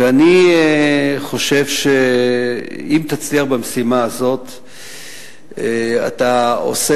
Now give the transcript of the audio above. ואני חושב שאם תצליח במשימה הזו אתה עושה